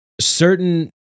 certain